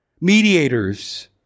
Mediators